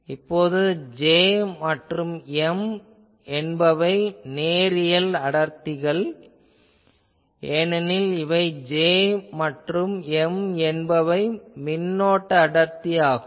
இப்போது J மற்றும் M என்பவை நேரியல் அடர்த்திகள் ஏனெனில் இவை J மற்றும் M என்பவை மின்னோட்ட அடர்த்தி ஆகும்